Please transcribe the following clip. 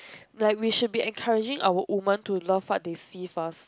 that we should be encouraging of a woman to love what they see first